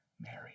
Mary